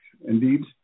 indeed